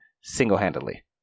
single-handedly